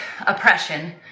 oppression